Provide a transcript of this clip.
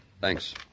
Thanks